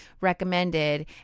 recommended